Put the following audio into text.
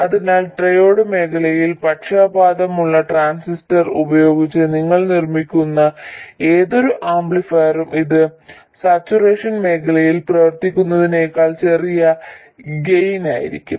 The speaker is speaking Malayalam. അതിനാൽ ട്രയോഡ് മേഖലയിൽ പക്ഷപാതമുള്ള ട്രാൻസിസ്റ്റർ ഉപയോഗിച്ച് നിങ്ങൾ നിർമ്മിക്കുന്ന ഏതൊരു ആംപ്ലിഫയറിനും അത് സാച്ചുറേഷൻ മേഖലയിൽ പ്രവർത്തിക്കുന്നതിനേക്കാൾ ചെറിയ ഗെയിനായിരിക്കും